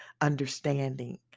understanding